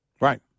Right